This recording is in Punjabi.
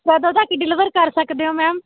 ਕਦੋਂ ਤੱਕ ਡਿਲੀਵਰ ਕਰ ਸਕਦੇ ਹੋ ਮੈਮ